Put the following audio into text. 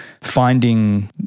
finding